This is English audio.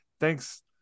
thanks